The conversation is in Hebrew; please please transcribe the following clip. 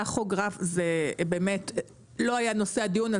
טכוגרף לא היה נושא הדיון,